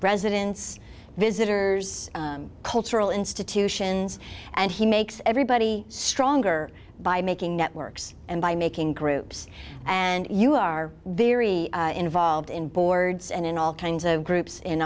residence visitors cultural institutions and he makes everybody stronger by making networks and by making groups and you are very involved in boards and in all kinds of groups in